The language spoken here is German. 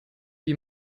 wie